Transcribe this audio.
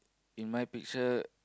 in my picture